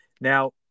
now